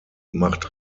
macht